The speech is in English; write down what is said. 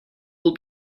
will